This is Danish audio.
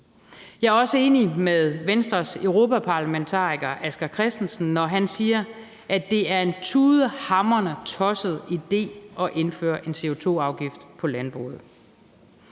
Jeg er også enig med Venstres europaparlamentariker Asger Christensen, når han siger, at det er en tudehamrende tosset idé at indføre en CO2-afgift på landbruget.